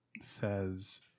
says